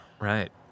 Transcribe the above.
Right